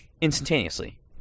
instantaneously